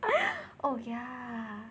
oh yeah